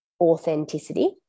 authenticity